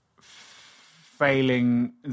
failing